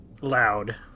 loud